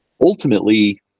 ultimately